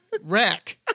Rack